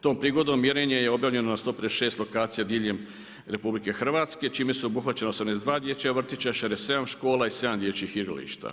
Tom prigodom mjerenje je obavljeno na 156 lokacija diljem RH čime su obuhvaćena 82 dječja vrtića, 67 škola i 7 dječjih igrališta.